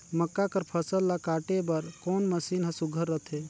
मक्का कर फसल ला काटे बर कोन मशीन ह सुघ्घर रथे?